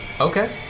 Okay